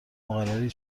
مقرری